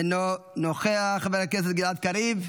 אינו נוכח, חבר הכנסת גלעד קריב,